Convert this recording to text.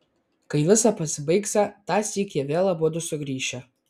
kai visa pasibaigsią tąsyk jie vėl abudu sugrįšią